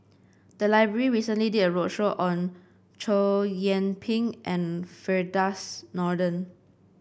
the library recently did a roadshow on Chow Yian Ping and Firdaus Nordin